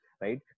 right